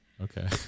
okay